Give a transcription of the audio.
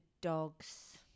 dogs